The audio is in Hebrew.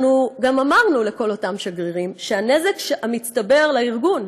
אנחנו גם אמרנו לכל אותם שגרירים שהנזק המצטבר לארגון,